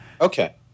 Okay